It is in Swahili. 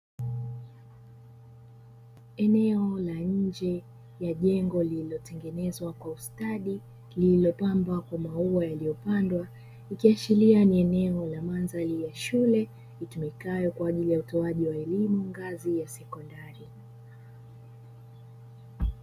Eneo la nje ya jengo lililotengenezwa kwa ustadi lililopambwa kwa maua yaliyopandwa, ikiashiria ni eneo la mandhari ya shule itumikayo kwa ajili ya utoaji wa elimu ngazi ya sekondari.